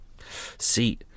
See